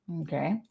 Okay